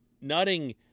nutting